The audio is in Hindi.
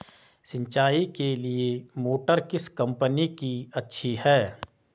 सिंचाई के लिए मोटर किस कंपनी की अच्छी है?